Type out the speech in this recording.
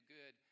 good